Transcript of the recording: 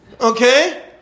okay